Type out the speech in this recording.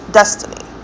destiny